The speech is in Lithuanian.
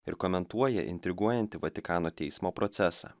ir komentuoja intriguojantį vatikano teismo procesą